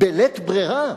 בלית ברירה,